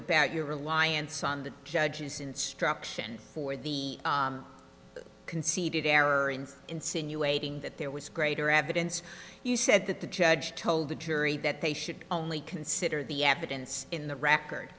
about your reliance on the judge's instructions for the conceded error in insinuating that there was greater evidence you said that the judge told the jury that they should only consider the evidence in the record